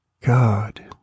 God